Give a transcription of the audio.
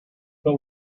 but